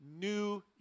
new